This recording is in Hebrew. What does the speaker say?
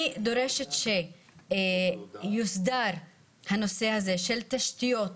אני דורשת שיוסדר הנושא הזה של תשתיות,